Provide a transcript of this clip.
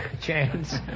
chance